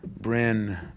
Bryn